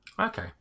Okay